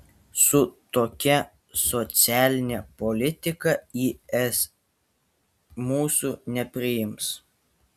su tokia socialine politika į es mūsų nepriims